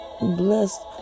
Bless